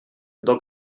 vous